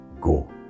go